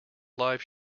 live